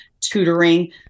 tutoring